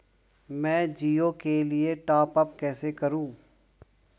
मैं जिओ के लिए टॉप अप कैसे करूँ?